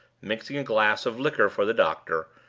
mixing a glass of liquor for the doctor,